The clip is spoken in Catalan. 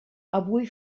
avui